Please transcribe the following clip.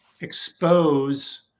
expose